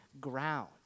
ground